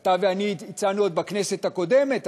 אתה ואני הצענו עוד בכנסת הקודמת,